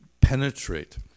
penetrate